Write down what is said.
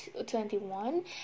2021